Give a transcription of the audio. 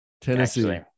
Tennessee